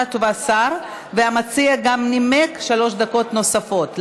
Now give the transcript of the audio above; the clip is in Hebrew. שר, והמציע גם נימק שלוש דקות נוספות.